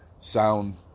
sound